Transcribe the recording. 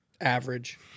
average